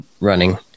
running